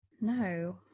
No